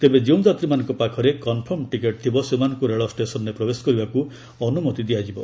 ତେବେ ଯେଉଁ ଯାତ୍ରୀମାନଙ୍କ ପାଖରେ କନ୍ଫର୍ମ ଟିକେଟ୍ ଥିବ ସେମାନଙ୍କୁ ରେଳ ଷ୍ଟେସନ୍ରେ ପ୍ରବେଶ କରିବାକୁ ଅନୁମତି ଦିଆଯିବ